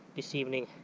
this evening.